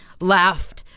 laughed